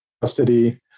custody